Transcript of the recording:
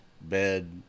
bed